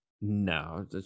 No